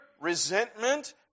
resentment